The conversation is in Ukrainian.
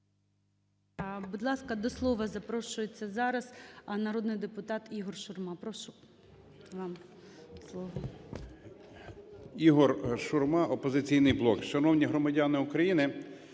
Будь ласка, до слова запрошується зараз народний депутат Ігор Шурма. Прошу, вам слово. 11:51:47 ШУРМА І.М. Ігор Шурма, "Опозиційний блок". Шановні громадяни України,